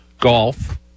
golf